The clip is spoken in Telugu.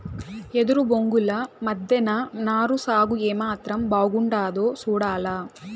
ఎదురు బొంగుల మద్దెన నారు సాగు ఏమాత్రం బాగుండాదో సూడాల